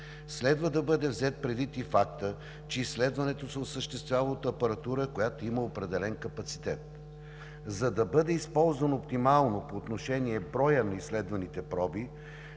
Следва да бъде взет предвид и фактът, че изследването се осъществява от апаратура, която има определен капацитет. За да бъде използван оптимално по отношение броя на изследваните проби,